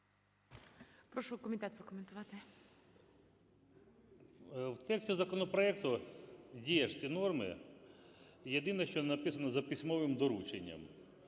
В тексті законопроекту є ж ці норми. Єдине, що не написано: "за письмовим дорученням".